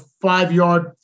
five-yard